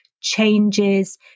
changes